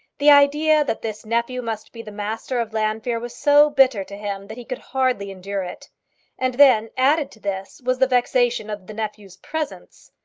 the idea that this nephew must be the master of llanfeare was so bitter to him that he could hardly endure it and then, added to this, was the vexation of the nephew's presence.